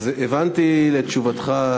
הבנתי מתשובתך,